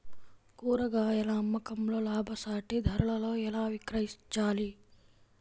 కూరగాయాల అమ్మకంలో లాభసాటి ధరలలో ఎలా విక్రయించాలి?